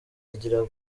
yigira